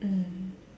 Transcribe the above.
mm